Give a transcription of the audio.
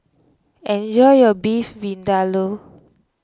enjoy your Beef Vindaloo